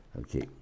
okay